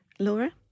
Laura